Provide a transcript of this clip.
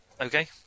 Okay